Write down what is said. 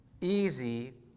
easy